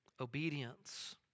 obedience